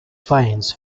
finds